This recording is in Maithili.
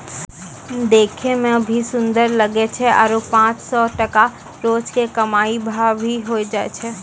देखै मॅ भी सुन्दर लागै छै आरो पांच सौ टका रोज के कमाई भा भी होय जाय छै